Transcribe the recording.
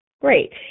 great